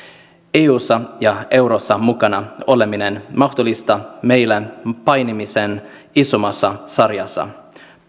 eussa ja eurossa mukana oleminen mahdollistaa meidän painimisemme isommassa sarjassa